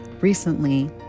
recently